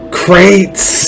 crates